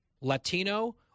Latino